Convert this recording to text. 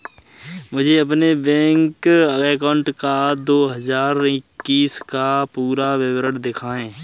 मुझे अपने bank account का दो हज़ार इक्कीस का पूरा विवरण दिखाएँ?